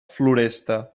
floresta